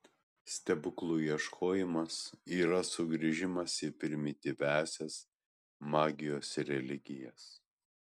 stebuklų ieškojimas yra sugrįžimas į primityviąsias magijos religijas